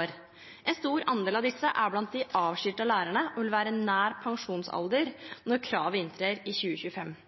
år. En stor andel av disse er blant de avskiltede lærerne og vil være nær pensjonsalder når kravet inntrer i 2025.